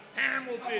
Hamilton